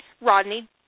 Rodney